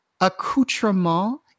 accoutrement